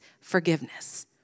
forgiveness